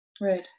right